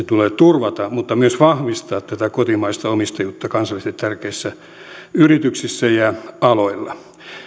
tulee turvata mutta tulee myös vahvistaa tätä kotimaista omistajuutta kansallisesti tärkeissä yrityksissä ja aloilla